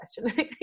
question